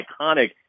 iconic